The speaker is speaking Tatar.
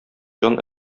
җан